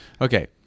Okay